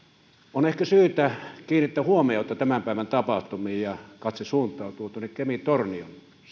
on ehkä syytä kiinnittää huomiota tämän päivän tapahtumiin ja katse suuntautuu kemi tornion